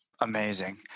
Amazing